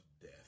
death